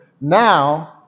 now